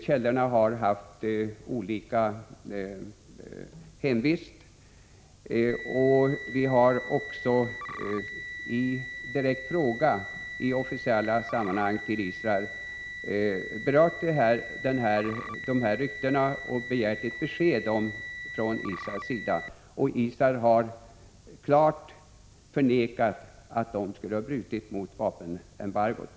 Källorna har haft olika hemvist. Vi har också i direkta frågor till Israel i officiella sammanhang berört dessa rykten och begärt besked. Israel har då klart förnekat att man skulle ha brutit mot vapenembargot.